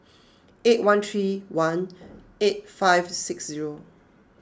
eight one three one eight five six zero